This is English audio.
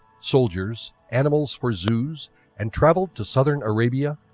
soldiers, animals for zoos and travelled to southern arabia,